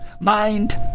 mind